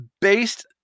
based